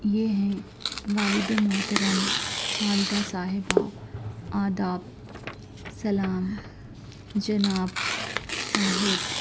یہ ہیں والدِ محترم والدہ صاحبہ آداب سلام جناب صاحب